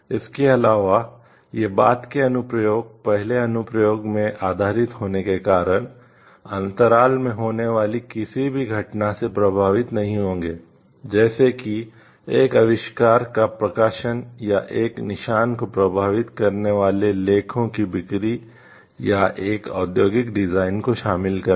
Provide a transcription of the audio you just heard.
इसके अलावा ये बाद के अनुप्रयोग पहले अनुप्रयोग में आधारित होने के कारण अंतराल में होने वाली किसी भी घटना से प्रभावित नहीं होंगे जैसे कि एक आविष्कार का प्रकाशन या एक निशान को प्रभावित करने वाले लेखों की बिक्री या एक औद्योगिक डिजाइन को शामिल करना